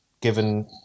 given